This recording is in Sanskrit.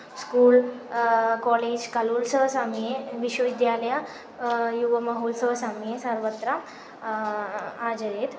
स्कूळ् कोळेज् कलोत्सवसमये विश्वविद्यालय युवमहोत्सवसमये सर्वत्र आचरेत्